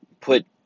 put